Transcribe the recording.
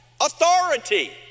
authority